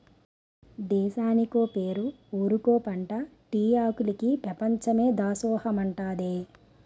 దేశానికో పేరు ఊరికో పంటా టీ ఆకులికి పెపంచమే దాసోహమంటాదే